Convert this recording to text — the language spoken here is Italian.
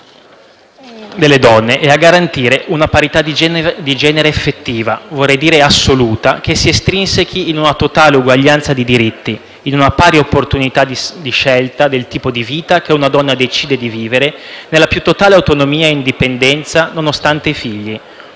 dei diritti delle donne e a garantire una parità di genere effettiva - vorrei dire assoluta - che si estrinsechi in una totale uguaglianza di diritti, in una pari opportunità di scelta del tipo di vita che una donna decide di vivere, nella più totale autonomia e indipendenza, nonostante i figli.